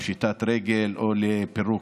לפשיטת רגל או לפירוק.